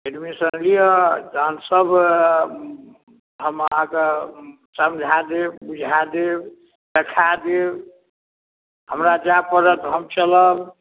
admission लिअ तहन सभ हम अहाँक समझा देब बुझाय देब देखाय देब हमरा जाय पड़त हम चलब